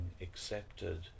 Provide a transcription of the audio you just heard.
accepted